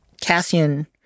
Cassian